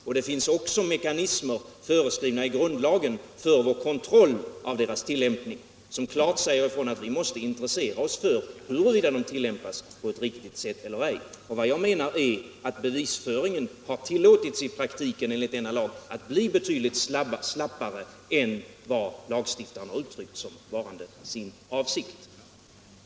Men det finns också mekanismer föreskrivna i grundlagen för vår kontroll av deras tillämpning som klart säger ifrån att vi måste intressera oss för huruvida de tillämpas på ett riktigt sätt eller ej. Vad jag menar är att bevisföringen i praktiken enligt denna lag har tillåtits att bli betydligt slappare än vad lagstiftaren har uttryckt som sin avsikt.